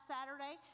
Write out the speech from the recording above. Saturday